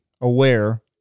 aware